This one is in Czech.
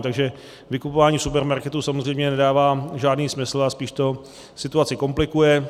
Takže vykupování supermarketů samozřejmě nedává žádný smysl a spíš to situaci komplikuje.